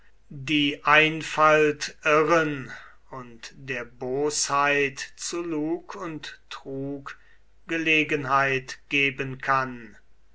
die einfalt irren und der bosheit zu lug und trug gelegenheit geben kann